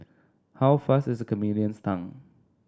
how fast is a chameleon's tongue